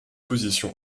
position